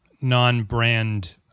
non-brand